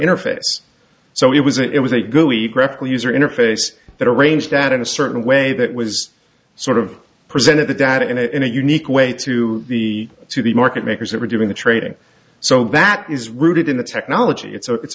interface so it was it was a good week repl user interface that arranged that in a certain way that was sort of presented the data in a unique way to the to the market makers that were doing the trading so that is rooted in the technology it's a it's